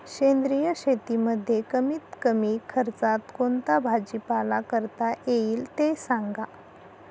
सेंद्रिय शेतीमध्ये कमीत कमी खर्चात कोणता भाजीपाला करता येईल ते सांगा